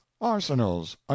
arsenals